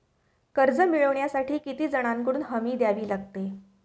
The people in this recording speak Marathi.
कर्ज मिळवण्यासाठी किती जणांकडून हमी द्यावी लागते?